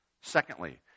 Secondly